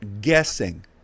guessing